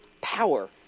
power